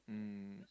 mm